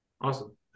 Awesome